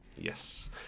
Yes